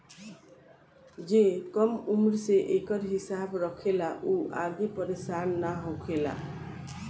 जे कम उम्र से एकर हिसाब रखेला उ आगे परेसान ना होखेला